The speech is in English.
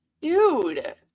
dude